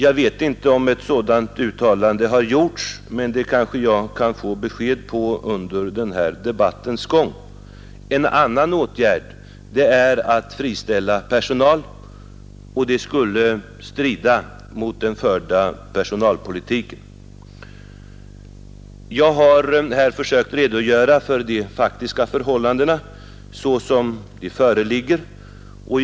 Jag vet inte om ett sådant uttalande har gjorts, men det kanske jag kan få besked om under debattens gång. En annan åtgärd är att friställa personal, och det skulle strida mot den förda personalpolitiken. Jag har här försökt redogöra för de faktiska förhållandena.